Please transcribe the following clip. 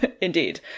Indeed